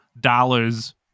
dollars